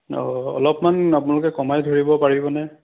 অঁ অলপমান আপোনালোকে কমাই ধৰিব পাৰিবনে